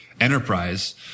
enterprise